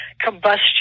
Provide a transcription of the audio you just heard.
combustion